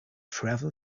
travel